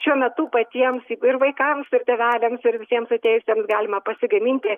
šiuo metu patiems ig ir vaikams ir tėveliams ir visiems atėjusiems galima pasigaminti